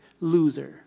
loser